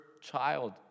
child